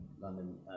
London